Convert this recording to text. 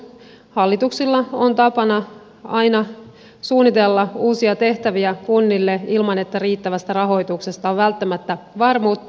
hallituksilla on tapana aina suunnitella uusia tehtäviä kunnille ilman että riittävästä rahoituksesta on välttämättä varmuutta